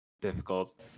difficult –